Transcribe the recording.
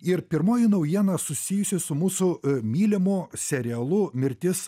ir pirmoji naujiena susijusi su mūsų mylimu serialu mirtis